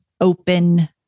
open